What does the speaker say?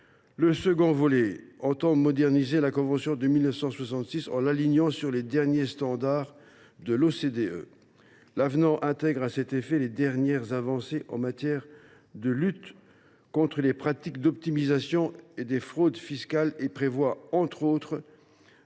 Le second volet modernise la convention de 1966 en l’alignant sur les derniers standards de l’OCDE. L’avenant intègre à cet effet les dernières avancées en matière de lutte contre les pratiques d’optimisation et de fraude fiscales. Il prévoit notamment